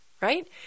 right